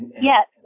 Yes